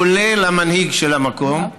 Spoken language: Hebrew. כולל המנהיג של המקום,